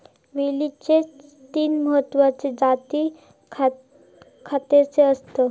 वेलचीचे तीन महत्वाचे जाती खयचे आसत?